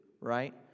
right